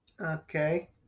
Okay